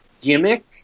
gimmick